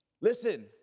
Listen